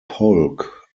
polk